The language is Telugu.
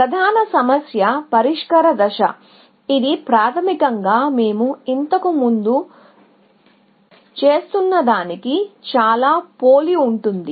ప్రధాన సమస్య పరిష్కార దశ ఇది ప్రాథమికంగా మేము ఇంతకు ముందు చేస్తున్నదానికి చాలా పోలి ఉంటుంది